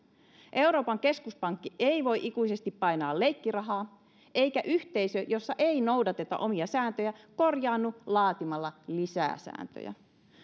euroopan keskuspankki ei voi ikuisesti painaa leikkirahaa eikä yhteisö jossa ei noudateta omia sääntöjä korjaannu laatimalla lisää sääntöjä